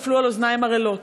נפלו על אוזניים ערלות.